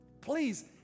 Please